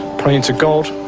praying to god,